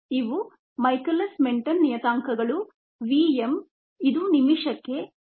ಇವು Michaelis Menten ನಿಯತಾಂಕಗಳು v m ಇದು ನಿಮಿಷಕ್ಕೆ 0